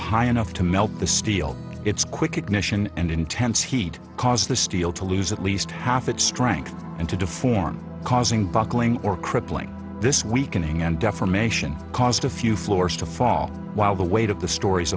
high enough to melt the steel its quick ignition and intense heat caused the steel to lose at least half its strength into the form causing buckling or crippling this weakening and defamation caused a few floors to fall while the weight of the stories